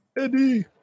Eddie